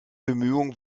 bemühungen